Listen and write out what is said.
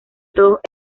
todos